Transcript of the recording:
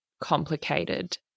complicated